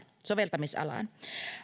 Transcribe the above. soveltamisalaan